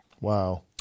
Wow